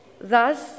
Thus